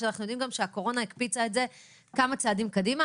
כשאנחנו יודעים גם שהקורונה הקפיצה את זה כמה צעדים קדימה.